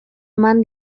eman